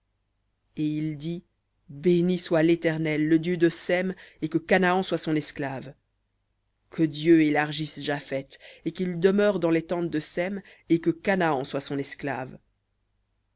et il dit béni soit l'éternel le dieu de sem et que canaan soit son esclave que dieu élargisse japheth et qu'il demeure dans les tentes de sem et que canaan soit son esclave